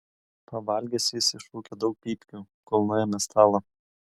pavalgęs jis išrūkė daug pypkių kol nuėmė stalą